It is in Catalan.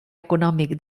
econòmic